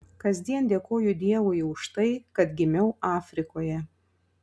kasdien dėkoju dievui už tai kad gimiau afrikoje